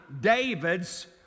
David's